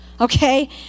Okay